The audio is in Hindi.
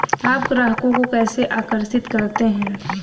आप ग्राहकों को कैसे आकर्षित करते हैं?